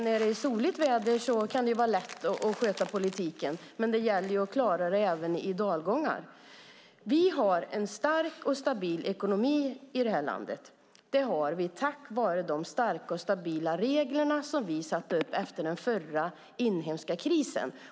När det är soligt väder kan det vara lätt att sköta politiken, men det gäller ju att klara det även i dalgångar. Vi har en stark och stabil ekonomi i det här landet. Det har vi tack vare de starka och stabila regler som vi satte upp efter den förra inhemska krisen.